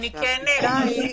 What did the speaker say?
השאלה היא,